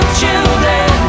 children